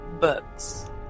Books